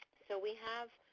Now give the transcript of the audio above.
so we have,